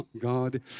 God